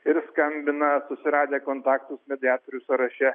ir skambina susiradę kontaktus mediatorių sąraše